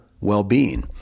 well-being